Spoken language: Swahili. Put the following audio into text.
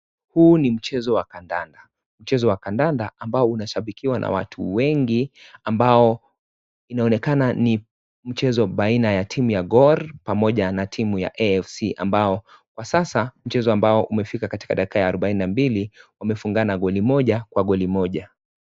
Huu ni mchezo wa kandanda. Mchezo wa kandanda ambao unashabikiwa na watu wengi, ambao inaonekana ni mchezo baina ya timu ya Gor pamoja na timu ya AFC ambao kwa sasa mchezo ambao umefika katika dakika ya arobaini na mbili. Wamefungana goli moja kwa goli moja.